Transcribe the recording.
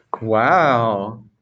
Wow